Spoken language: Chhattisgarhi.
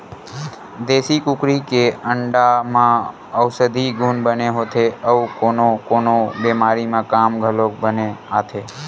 देसी कुकरी के अंडा म अउसधी गुन बने होथे अउ कोनो कोनो बेमारी म काम घलोक बने आथे